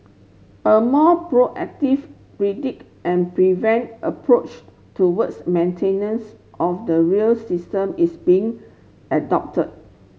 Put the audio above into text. a more proactive predict and prevent approach towards maintenance of the rail system is being adopted